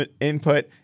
input